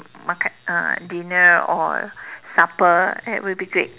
makan uh dinner or supper that would be great